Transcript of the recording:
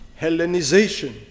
Hellenization